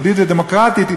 יהודית ודמוקרטית,